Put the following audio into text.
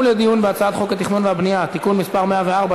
ולדיון בהצעת חוק התכנון הבנייה (תיקון מס' 104),